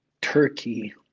turkey